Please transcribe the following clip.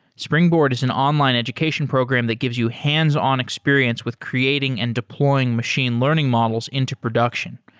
springboard is an online education program that gives you hands-on experience with creating and deploying machine learning models into production,